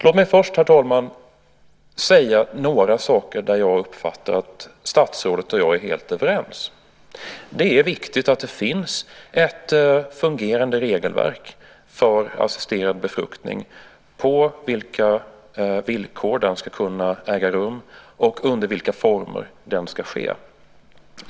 Låt mig först, herr talman, nämna några punkter där jag uppfattar att statsrådet och jag är helt överens. Det är viktigt att det finns ett fungerande regelverk för assisterad befruktning, på vilka villkor den ska kunna äga rum och under vilka former den ska ske.